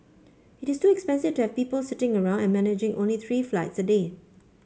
it is too expensive to have people sitting around and managing only three flights a day